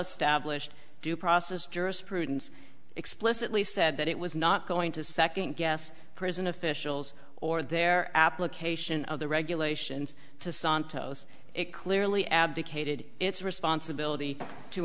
established due process jurisprudence explicitly said that it was not going to second guess prison officials or their application of the regulations to santos it clearly abdicated its responsibility to